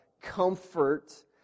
comfort